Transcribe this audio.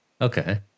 Okay